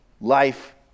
life